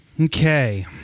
Okay